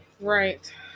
Right